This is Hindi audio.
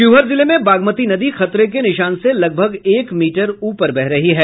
शिवहर जिले में बागमती नदी खतरे के निशान से लगभग एक मीटर ऊपर बह रही है